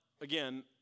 again